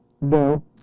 No